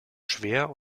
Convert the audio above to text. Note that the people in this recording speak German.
schwer